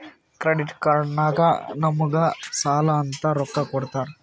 credit card ನಾಗ್ ನಮುಗ್ ಸಾಲ ಅಂತ್ ರೊಕ್ಕಾ ಕೊಡ್ತಾರ್